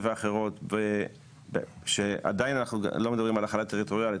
ואחרות שעדיין אנחנו לא מדברים על החלה טריטוריאלית,